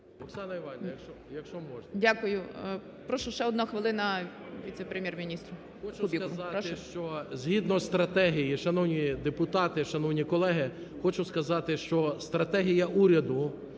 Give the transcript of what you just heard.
Дякую. Прошу ще одна хвилина віце-прем'єр-міністру Кубіву,